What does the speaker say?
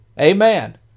Amen